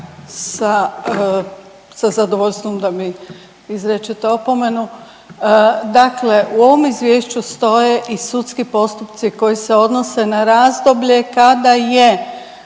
sa zadovoljstvom da mi izrečete opomenu. Dakle, u ovom izvješću stoje i sudski postupci koji se odnose na razdoblje kada je